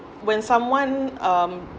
when someone um